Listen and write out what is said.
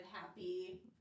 happy